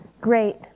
great